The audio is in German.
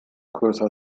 größer